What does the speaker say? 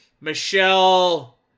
Michelle